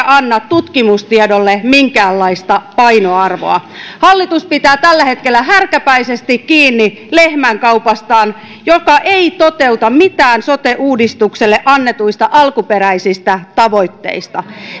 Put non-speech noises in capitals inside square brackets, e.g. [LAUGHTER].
[UNINTELLIGIBLE] anna tutkimustiedolle minkäänlaista painoarvoa hallitus pitää tällä hetkellä härkäpäisesti kiinni lehmänkaupastaan joka ei toteuta mitään sote uudistukselle annetuista alkuperäisistä tavoitteista